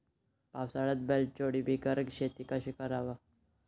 पावसाळ्यात बैलजोडी बिगर शेती कशी कराव?